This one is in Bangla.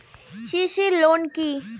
সি.সি লোন কি?